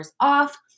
off